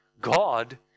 God